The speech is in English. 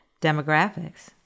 demographics